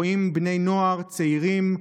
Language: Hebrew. רואים בני נוער צעירים,